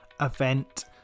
event